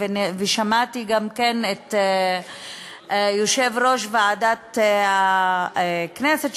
ושמעתי גם את יושב-ראש ועדת הכנסת,